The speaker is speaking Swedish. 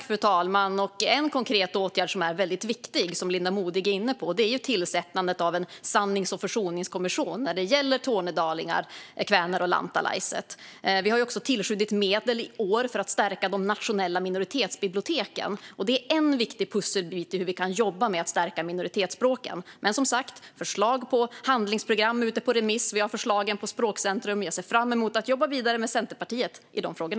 Fru talman! En konkret åtgärd som är väldigt viktig och som Linda Modig är inne på är tillsättandet av en sannings och försoningskommission när det gäller tornedalingar, kväner och lantalaiset. Vi har också tillskjutit medel i år för att stärka de nationella minoritetsbiblioteken, något som är en viktig pusselbit i hur vi kan jobba med att stärka minoritetsspråken. Förslag på handlingsprogram är som sagt ute på remiss, och vi har förslagen på språkcentrum. Jag ser fram emot att jobba vidare med Centerpartiet i dessa frågor.